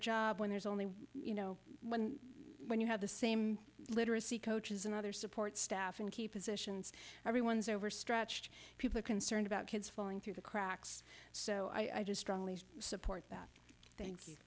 job when there's only one you know when you have the same literacy coaches and other support staff in key positions everyone's overstretched people are concerned about kids falling through the cracks so i just support that thank you